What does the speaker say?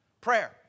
Prayer